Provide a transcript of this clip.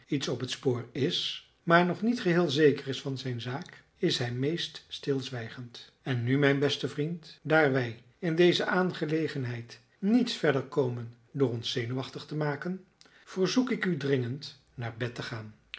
iets op het spoor is maar nog niet geheel zeker is van zijn zaak is hij meest stilzwijgend en nu mijn beste vriend daar wij in deze aangelegenheid niets verder komen door ons zenuwachtig te maken verzoek ik u dringend naar bed te gaan